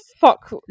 fuck